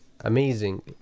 amazing